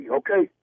okay